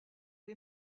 les